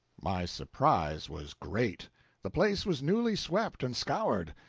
my surprise was great the place was newly swept and scoured.